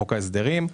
חוק ההסדרים,